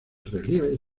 relieve